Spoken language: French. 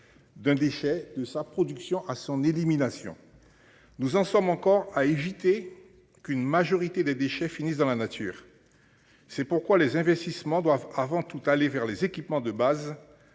D'un déchet de sa production à son élimination. Nous en sommes encore à éviter qu'une majorité des déchets finissent dans la nature. C'est pourquoi les investissements doivent avant tout aller vers les équipements de base.